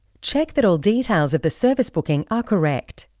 check that all details of the service booking are correct.